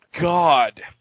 god